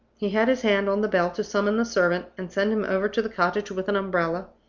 he had his hand on the bell to summon the servant, and send him over to the cottage with an umbrella,